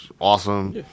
awesome